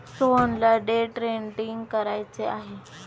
सोहनला day trading करायचे आहे